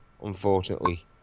unfortunately